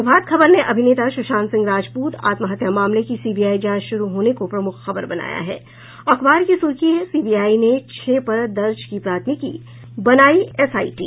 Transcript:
प्रभात खबर ने अभिनेता सुशांत सिंह राजपूत आत्महत्या मामले की सीबीआई जांच शुरू होने को प्रमुख खबर बनाया है अखबार की सुर्खी है सीबीआई ने छह पर दर्ज की प्राथमिकी बनाई एसआईटी